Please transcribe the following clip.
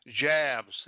jabs